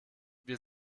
wir